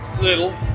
Little